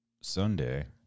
Sunday